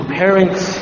parents